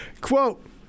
Quote